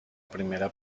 primera